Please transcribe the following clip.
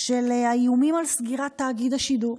של האיומים, על סגירת תאגיד השידור.